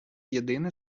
єдине